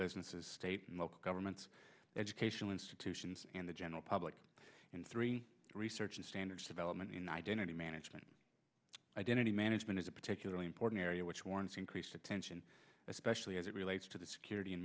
businesses state and local governments educational institutions and the general public in three research and standards development united energy management identity management is a particularly important area which warrants increased attention especially as it relates to the security